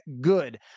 good